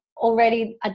already